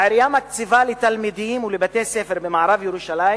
העירייה מקציבה לתלמידים ולבתי-ספר במערב-ירושלים